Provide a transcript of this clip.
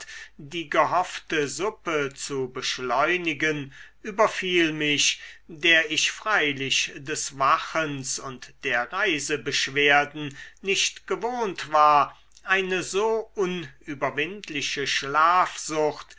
die gehoffte suppe zu beschleunigen überfiel mich der ich freilich des wachens und der reisebeschwerden nicht gewohnt war eine so unüberwindliche schlafsucht